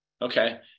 Okay